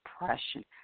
depression